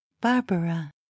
Barbara